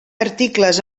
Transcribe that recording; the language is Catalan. articles